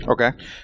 Okay